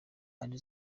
ari